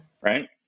Right